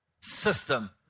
system